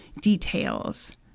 details